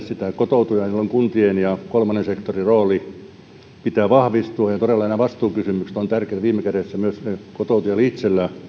kotoutujaa jolloin kuntien ja kolmannen sektorin roolin pitää vahvistua ja nämä vastuukysymykset ovat tärkeitä viime kädessä myös kotoutujalla itsellään